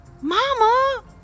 Mama